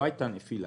לא הייתה נפילה.